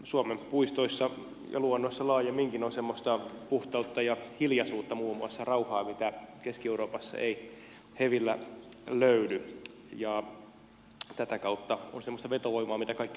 suomen puistoissa ja luonnossa laajemminkin on semmoista puhtautta ja hiljaisuutta muun muassa rauhaa mitä keski euroopasta ei hevillä löydy ja tätä kautta on semmoista vetovoimaa mitä kaikki suomalaiset eivät ehkä hoksaakaan